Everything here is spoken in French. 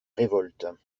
révolte